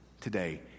today